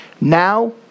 now